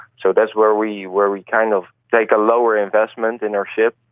so that's where we where we kind of take a lower investment in our ship,